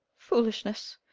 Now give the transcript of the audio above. foolishness.